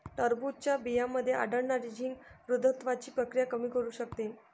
टरबूजच्या बियांमध्ये आढळणारे झिंक वृद्धत्वाची प्रक्रिया कमी करू शकते